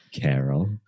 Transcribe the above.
Carol